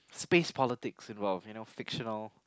space politics involved you know fictional